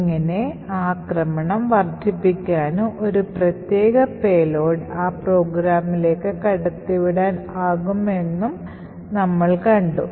എങ്ങനെ ആ ആക്രമണം വർദ്ധിപ്പിക്കാനും ഒരു പ്രത്യേക പേലോഡ് ആ പ്രോഗ്രാമിലേക്ക് കടത്തിവിടാൻ ആകും എന്ന് നമ്മൾ കണ്ടു